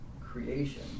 creation